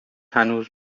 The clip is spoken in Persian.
هنوز